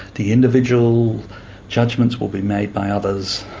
the individual judgements will be made by others,